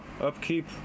Upkeep